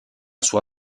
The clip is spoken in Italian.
sua